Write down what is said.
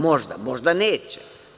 Možda hoće, možda neće.